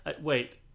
Wait